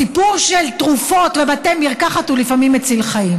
סיפור של תרופות בבתי מרקחת הוא לפעמים מציל חיים.